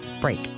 break